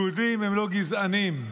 יהודים הם לא גזענים.